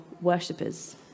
worshippers